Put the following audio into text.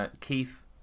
Keith